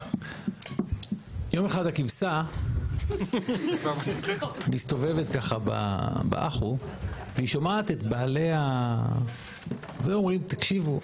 יום אחד הכבשה מסתובבת ככה באחו והיא שומעת את בעליה ואומרים תקשיבו,